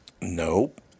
Nope